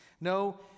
No